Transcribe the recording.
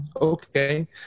Okay